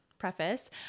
preface